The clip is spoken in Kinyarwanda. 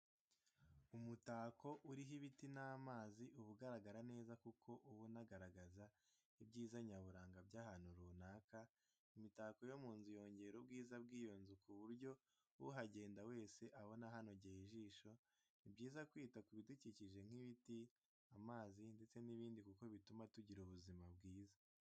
Umutako uriho ibiti n'amazi, uba ugaragara neza kuko uba unagaragaza ibyiza nyaburanga by'ahantu runaka, imitako yo mu nzu yongera ubwiza bw'iyo nzu ku buryo uhagenda wese abona hanogeye ijisho, ni byiza kwita ku bidukikije nk'ibiti, amazi ndetse n'ibindi kuko bituma tugira ubuzima bwiza.